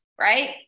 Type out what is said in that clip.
right